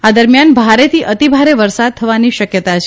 આ દરમ્યાન ભારેથી અતિભારે વરસાદ થવાની શક્યતા છે